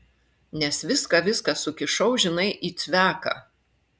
nes viską viską sukišau žinai į cveką